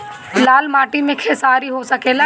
लाल माटी मे खेसारी हो सकेला?